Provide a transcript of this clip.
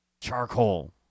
charcoal